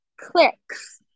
clicks